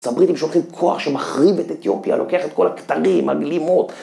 הבריטים שולחים כוח שמחריב את אתיופיה, לוקח את כל הכתרים, הגלימות.